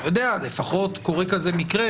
לפחות קורה כזה מקרה,